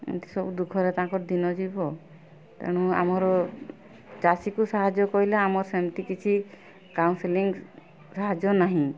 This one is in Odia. ଏମିତି ସବୁ ଦୁଃଖରେ ତାଙ୍କର ଦିନ ଯିବ ତେଣୁ ଆମର ଚାଷୀକୁ ସାହାଯ୍ୟ କହିଲେ ଆମ ସେମିତି କିଛି କାଉନସିଲିଙ୍ଗ୍ ସାହାଯ୍ୟ ନାହିଁ